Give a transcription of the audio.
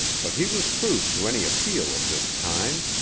but he was proof to any appeal of this kind.